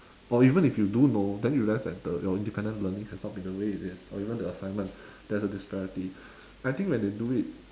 or even if you do know then you realize that the your independent learning has not been the way it is or even the assignments there is a disparity I think when they do it